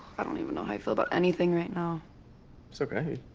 i don't even know how i feel about anything right now. it's okay.